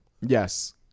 Yes